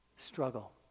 Struggle